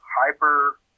hyper